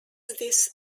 this